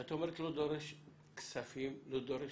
כשאת אומרת לא דורש כספים, לא דורש